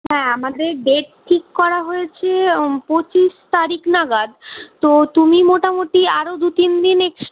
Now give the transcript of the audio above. হ্যাঁ আমাদের ডেট ঠিক করা হয়েছে পঁচিশ তারিখ নাগাদ তো তুমি মোটামোটি আরও দু তিন দিন এক্স